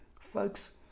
Folks